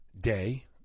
day